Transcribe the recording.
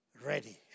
ready